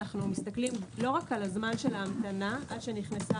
אנו מסתכלים לא רק על זמן ההמתנה עד שנכנסה